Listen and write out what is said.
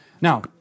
Now